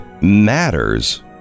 matters